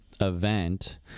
Event